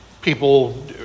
people